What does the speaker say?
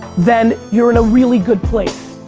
then you're in a really good place.